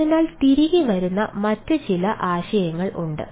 അതിനാൽ തിരികെ വരുന്ന മറ്റ് ചില ആശയങ്ങൾ ഉണ്ട്